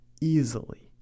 easily